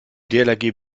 dlrg